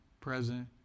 present